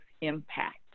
impact